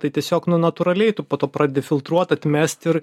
tai tiesiog nu natūraliai tu po to pradedi filtruot atmest ir